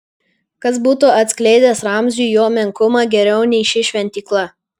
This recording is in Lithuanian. kas būtų atskleidęs ramziui jo menkumą geriau nei ši šventykla